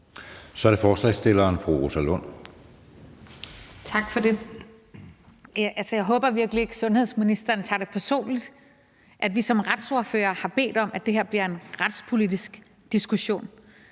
fru Rosa Lund. Kl. 17:05 Rosa Lund (EL): Tak for det. Jeg håber virkelig ikke, at sundhedsministeren tager det personligt, at vi som retsordførere har bedt om, at det her bliver en retspolitisk diskussion.